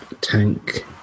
tank